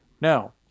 now